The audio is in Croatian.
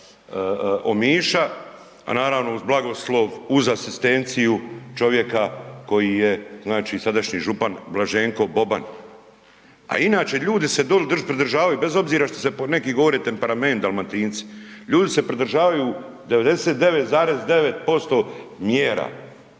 Omiša, a naravno uz blagoslov, uz asistenciju čovjeka koji je znači sadašnji župan Blaženko Boban. A inače ljudi se doli pridržavaju bez obzira što neki govore temperament, Dalmatinci, ljudi se pridržavaju 99,9% mjera,